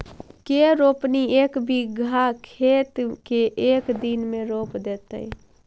के रोपनी एक बिघा खेत के एक दिन में रोप देतै?